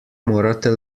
morate